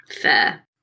Fair